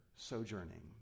Sojourning